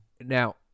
Now